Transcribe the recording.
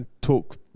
talk